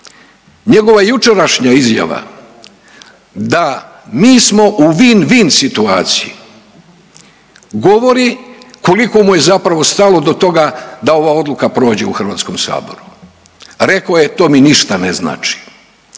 Njegova jučerašnja izjava da mi smo u „win-win situaciji“ govori koliko mu je zapravo stalo do toga da ova odluka prođe u Hrvatskom saboru. Rekao je to mi ništa ne znači.